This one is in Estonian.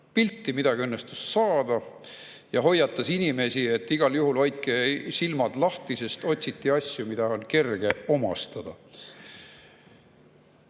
pilti, midagi õnnestus saada, ja hoiatas inimesi, et igal juhul hoidku nad silmad lahti, sest otsiti asju, mida on kerge omastada.